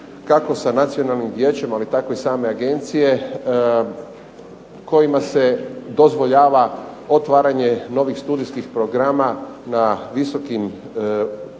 kako sa Nacionalnim vijećem tako i same Agencije, kojima se dozvoljava otvaranje novih studijskih programa na visokim školama